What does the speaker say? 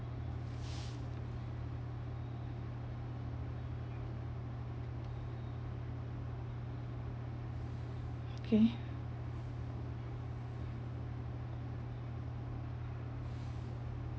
kay